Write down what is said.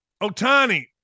Otani